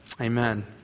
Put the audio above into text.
Amen